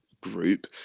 group